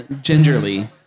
gingerly